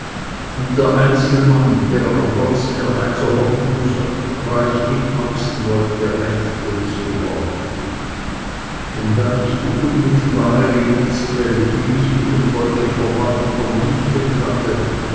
und der einzelmann der an der volksmehrheit so hoffnungsreich mitwachsen wollte rechtlos geworden denn da ich die unmittelbare lebensquelle die mich mit dem volke verband vernichtet hatte